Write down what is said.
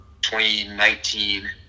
2019